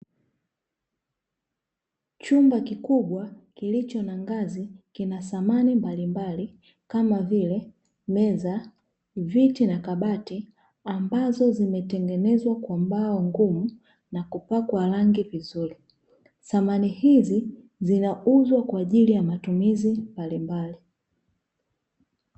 Chumba kikibwa kilicho na ngazi kina samani mbalimbali, kama vile: meza, viti na kabati; ambazo zimetengenezwa kwa mbao ngumu na kupakwa rangi vizuri. Samani hizi zinauzwa kwa ajili ya matumizi mbalimbali.